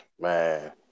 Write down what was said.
man